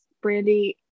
brandy